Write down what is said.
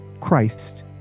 Christ